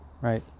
right